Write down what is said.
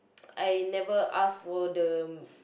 I never ask for the